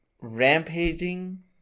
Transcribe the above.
Rampaging